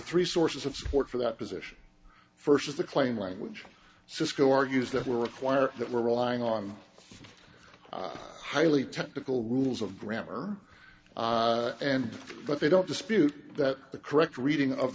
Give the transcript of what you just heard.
three sources of support for that position first is the claim language cisco argues that we require that we're relying on highly technical rules of grammar and but they don't dispute that the correct reading of